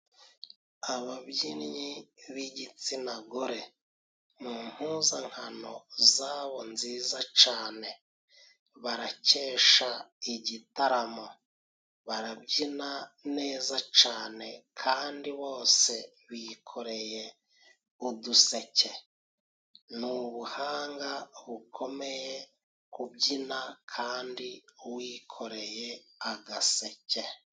Ababyinnyi b'igitsina gore mu mpuzankano zabo nziza cane. Barakesha igitaramo, barabyina neza cane kandi bose bikoreye uduseke. Ni ubuhanga bukomeye kubyina kandi wikoreye agaseke.